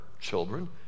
children